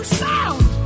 sound